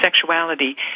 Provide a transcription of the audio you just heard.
sexuality